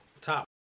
Top